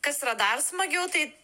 kas yra dar smagiau tai